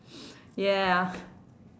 yeah